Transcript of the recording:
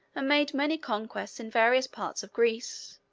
made many conquests in various parts of greece,